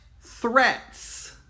threats